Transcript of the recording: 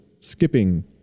skipping